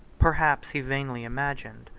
perhaps he vainly imagined,